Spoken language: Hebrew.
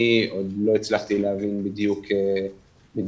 אני עוד לא הצלחתי להבין בדיוק מדוע.